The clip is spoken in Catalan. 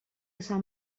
sant